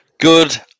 Good